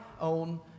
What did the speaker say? own